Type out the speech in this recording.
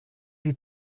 die